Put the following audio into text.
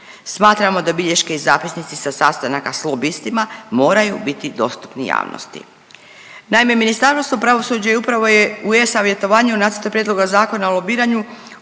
Smatramo da bilješke i zapisnici sa sastanaka s lobistima moraju biti dostupni javnosti.